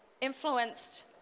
influenced